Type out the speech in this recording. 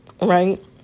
right